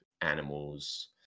animals